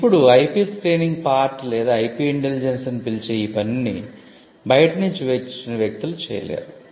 ఇప్పుడు IP screening part లేదా IP intelligence అని పిలిచే ఈ పనిని బయట నుంచి వచ్చిన వ్యక్తులు చేయలేరు